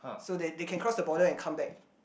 so they they can cross the border and come back